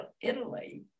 Italy